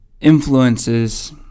influences